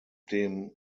dem